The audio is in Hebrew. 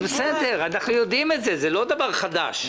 אנחנו יודעים את זה, זה לא דבר חדש.